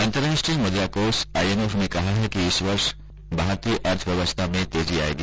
अंतर्राष्ट्रीय मुद्राकोष I M F ने कहा है कि इस वर्ष भारतीय अर्थव्यवस्था में तेजी आयेगी